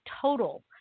total